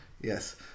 Yes